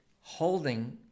holding